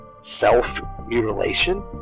self-mutilation